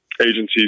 agencies